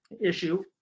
issue